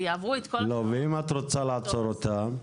ואם את רוצה לעצור אותם?